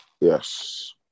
Yes